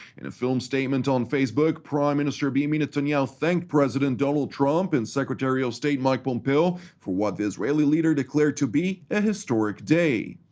in a filmed statement on facebook, prime minister benjamin i mean netanyahu thanked president donald trump and secretary of state mike pompeo for what the israeli leader declared to be a historic day.